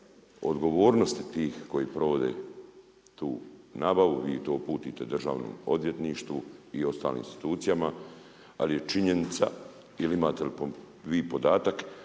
odgovornosti tih koji provode tu nabavu i to uputite Državnom odvjetništvu i ostalim institucijama. Ali je činjenica, ili imate li vi podatak,